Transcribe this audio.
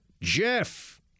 Jeff